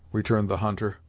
returned the hunter,